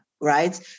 right